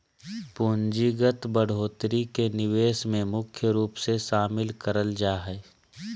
पूंजीगत बढ़ोत्तरी के निवेश मे मुख्य रूप से शामिल करल जा हय